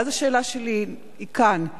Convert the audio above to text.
ולכן השאלה שלי היא: כאן,